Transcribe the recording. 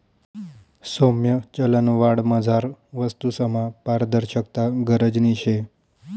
सौम्य चलनवाढमझार वस्तूसमा पारदर्शकता गरजनी शे